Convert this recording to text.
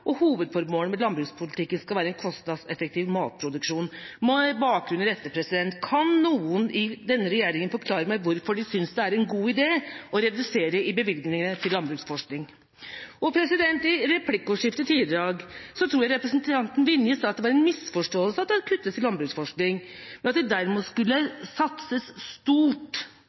land.» «Hovedformålet med landbrukspolitikken skal være en kostnadseffektiv matproduksjon.» Med bakgrunn i dette: Kan noen i regjeringa forklare meg hvorfor de synes det er en god idé å redusere bevilgningene til landbruksforskning? I replikkordskiftet tidligere i dag tror jeg representanten Vinje sa at det var en misforståelse at det kuttes til landbruksforskning, men at det derimot skulle satses stort.